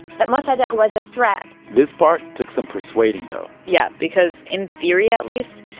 that mossadegh was a threat this part took some persuading, though yeah because in theory, at least,